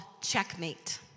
Checkmate